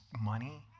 money